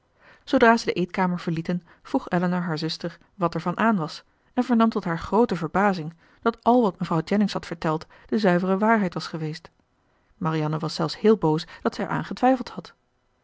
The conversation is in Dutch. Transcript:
zoodra zij de eetkamer verlieten vroeg elinor haar zuster wat ervan aan was en vernam tot haar groote verbazing dat al wat mevrouw jennings had verteld de zuivere waarheid was geweest marianne was zelfs heel boos dat zij eraan getwijfeld had